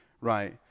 right